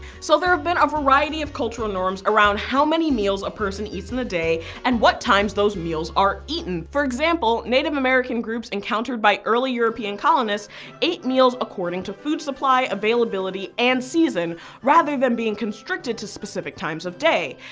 so there have been a variety of cultural norms around how many meals a person eats in the day, and what times those meals are eaten. for example, native american groups encountered by early european colonists ate meals according to food supply, availability, and season rather than being constricted to specific times of day.